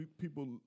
people